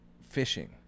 fishing